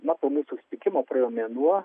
na po mūsų susitikimo praėjo mėnuo